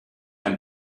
ein